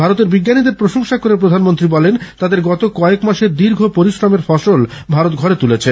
ভারতের বিজ্ঞানীদের প্রশংসা করে প্রধানমন্ত্রী বলেন তাদের গত কয়েক মাসের দীর্ঘ পরিশ্রমের ফসল ভারত ঘরে তুলেছে